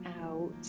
out